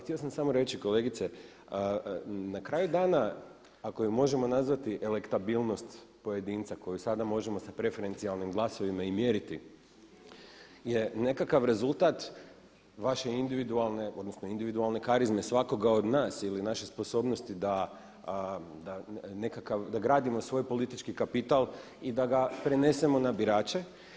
Htio sam samo reći kolegice, na kraju dana ako je možemo nazvati elektabilnost pojedinca koju sada možemo sa preferencijalnim glasovima i mjeriti je nekakav rezultat vaše individualne, odnosno individualne karizme svakoga od nas ili naše sposobnosti da nekakav, da gradimo svoj politički kapital i da ga prenesemo na birače.